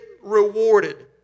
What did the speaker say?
rewarded